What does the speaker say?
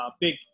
big